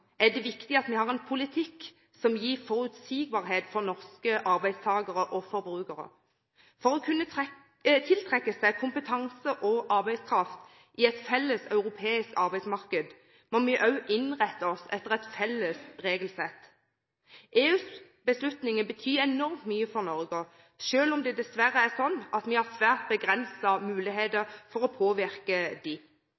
er det viktig at vi har en politikk som gir forutsigbarhet for norske arbeidstakere og forbrukere. For å kunne tiltrekke seg kompetanse og arbeidskraft i et felles europeisk arbeidsmarked må vi også innrette oss etter et felles regelsett. EUs beslutninger betyr enormt mye for Norge, selv om det dessverre er sånn at vi har svært begrensede muligheter